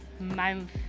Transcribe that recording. month